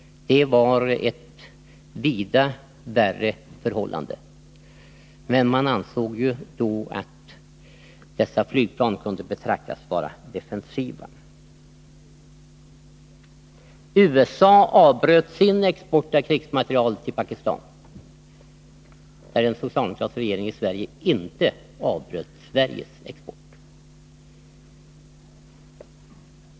Det var ett vida värre förhållande, men man ansåg ju då att dessa flygplan kunde betraktas vara defensiva. USA avbröt sin export av krigsmateriel till Pakistan, medan en socialdemokratisk regering i Sverige inte avbröt Sveriges export.